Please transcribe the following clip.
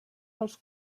dels